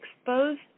exposed